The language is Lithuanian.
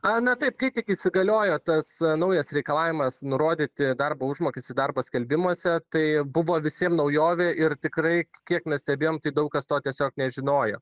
a na taip kai tik įsigaliojo tas naujas reikalavimas nurodyti darbo užmokestį darbo skelbimuose tai buvo visiem naujovė ir tikrai kiek mes stebėjom tai daug kas to tiesiog nežinojo